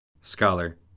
Scholar